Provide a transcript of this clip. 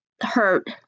hurt